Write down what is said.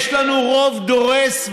יש לנו רוב דורס,